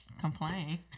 complain